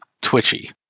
twitchy